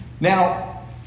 Now